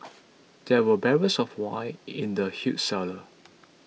there were barrels of wine in the huge cellar